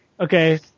Okay